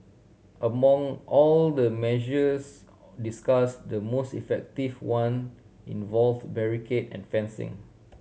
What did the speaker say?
among all the measures discussed the most effective one involved barricade and fencing